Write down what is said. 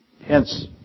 Hence